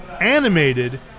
animated